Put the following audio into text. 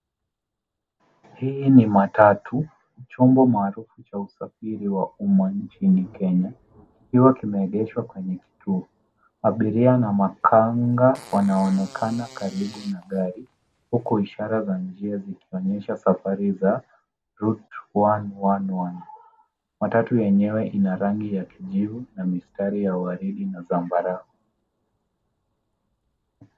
Hii ni matatu chombo maarufu cha usafiri wa umma nchini Kenya kikiwa kimeegeshwa kwenye kituo. Abiria na makanga wanaonekana karibu na gari huku ishara za njia zikionyesha safari za route 111 . Matatu yenyewe ina rangi ya kijivu na mistari ya waridi na zambarau.